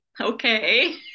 okay